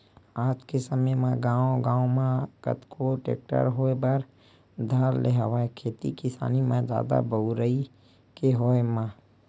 आज के समे म गांव गांव म कतको टेक्टर होय बर धर ले हवय खेती किसानी म जादा बउरई के होय म